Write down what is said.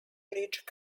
bridge